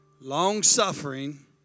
long-suffering